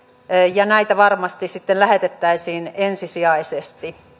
ja sitä varmasti sitten lähetettäisiin ensisijaisesti